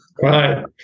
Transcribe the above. Right